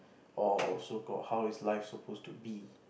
or so called how is life suppose to be